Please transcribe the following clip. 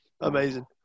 Amazing